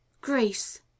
Grace